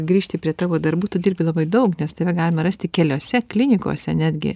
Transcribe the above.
grįžti prie tavo darbų tu dirbi labai daug nes tave galima rasti keliose klinikose netgi